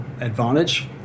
advantage